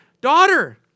daughter